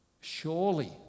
Surely